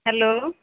hello